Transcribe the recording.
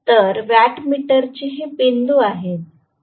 तर वॅट मीटरचे हे बिंदू आहेत